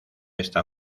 esta